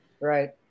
right